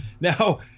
now